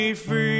free